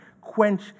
quench